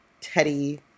Teddy